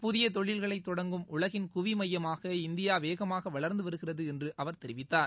புதியதொழில்களைதொடங்கும் உலகின் குவி மையமாக இந்தியாவேகமாகவளர்ந்துவருகிறதுஎன்றுஅவர் தெரிவித்தார்